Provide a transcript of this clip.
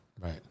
Right